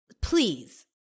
Please